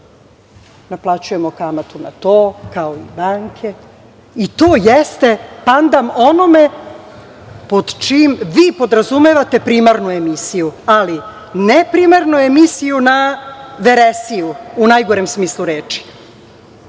naplaćujemo kamatu na to kao i banke. I, to jeste pandan onome pod čijim vi podrazumevate primarnu emisiju, ali ne primarnu emisiju na veresiju, u najgorem smislu reči,